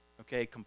okay